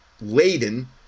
laden